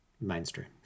mainstream